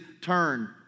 turn